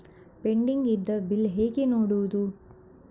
Pending ಇದ್ದ bill ಹೇಗೆ ನೋಡುವುದು?